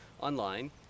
online